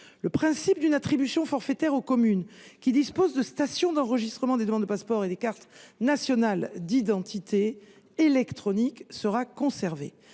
Le principe d’une attribution forfaitaire aux communes qui disposent de stations d’enregistrement des demandes de passeport et des cartes nationales d’identité électroniques sera conservé.